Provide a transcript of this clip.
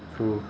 true